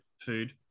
food